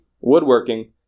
woodworking